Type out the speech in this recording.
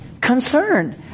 concern